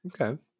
Okay